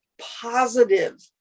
positive